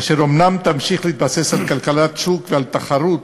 אשר אומנם תמשיך להתבסס על כלכלת שוק ועל תחרות,